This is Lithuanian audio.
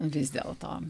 vis dėlto